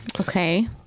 Okay